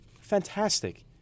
fantastic